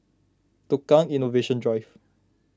Tukang Innovation Drive